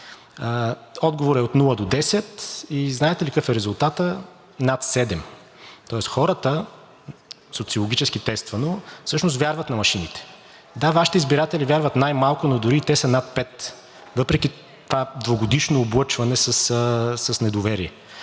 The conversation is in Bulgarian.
Отговорът е от нула до 10. Знаете ли какъв е резултатът – над седем. Тоест, хората – социологически тествано, всъщност вярват на машините. Да, Вашите избиратели вярват най малко, но дори и те са над пет, въпреки това двугодишно облъчване с недоверие.